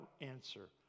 answer